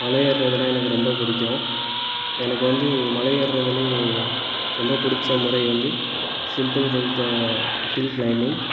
மலை ஏறுகிறதுனா எனக்கு ரொம்ப பிடிக்கும் எனக்கு வந்து மலை ஏறுகிறதுலயே ரொம்ப பிடிச்ச முறை வந்து சிம்பிள் ஹெல்த் ஹில் க்ளைம்பிங்